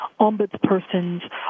ombudspersons